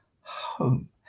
home